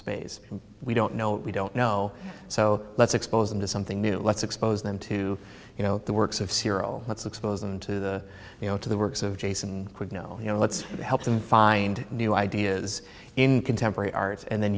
space we don't know what we don't know so let's expose them to something new let's expose them to you know the works of cyril let's expose them to the you know to the works of jason would know you know let's help them find new ideas in contemporary arts and then